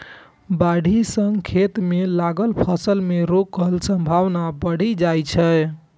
बाढ़ि सं खेत मे लागल फसल मे रोगक संभावना बढ़ि जाइ छै